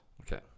Okay